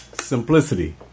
simplicity